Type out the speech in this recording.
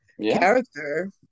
character